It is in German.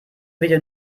video